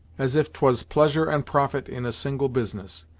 as if twas pleasure and profit in a single business.